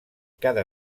cada